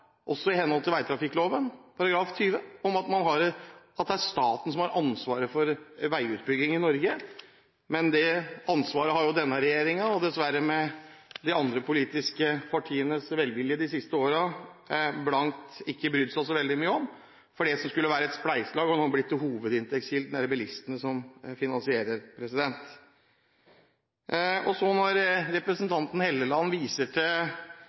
også i henhold til vegloven § 20, om at det er staten som har ansvaret for veiutbygging i Norge. Men det ansvaret har denne regjeringen – dessverre de siste årene med de andre politiske partienes velvilje – ikke brydd seg så veldig mye om. For det som skulle være et spleiselag, har nå blitt til hovedinntektskilden. Det er bilistene som finansierer. Når representanten Helleland viser til